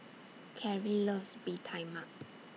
Carrie loves Bee Tai Mak